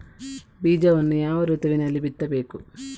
ಬೀಜವನ್ನು ಯಾವ ಋತುವಿನಲ್ಲಿ ಬಿತ್ತಬೇಕು?